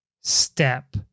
step